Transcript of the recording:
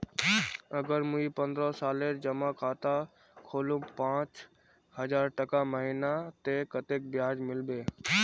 अगर मुई पन्द्रोह सालेर जमा खाता खोलूम पाँच हजारटका महीना ते कतेक ब्याज मिलबे?